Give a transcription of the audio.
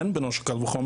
ובן בנו של קל וחומר,